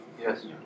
Yes